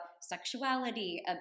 sexuality